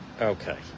Okay